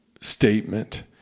statement